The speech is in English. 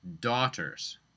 daughters